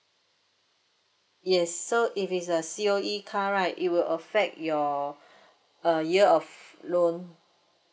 yes so if it's a C_O_E car right it will affect your uh year of loan